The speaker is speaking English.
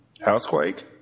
Housequake